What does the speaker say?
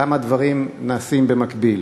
למה הדברים נעשים במקביל?